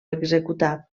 executat